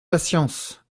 patience